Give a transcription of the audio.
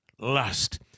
lust